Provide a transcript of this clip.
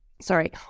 sorry